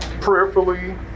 Prayerfully